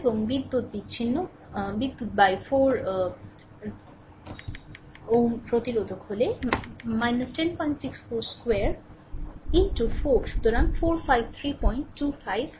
এবং বিদ্যুৎ বিচ্ছিন্ন 4 Ω প্রতিরোধক হল 1064 বর্গ 4 সুতরাং 45325 ওয়াট